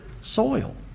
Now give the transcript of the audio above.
soil